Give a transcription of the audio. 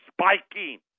spiking